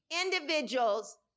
individuals